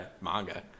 manga